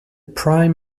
prime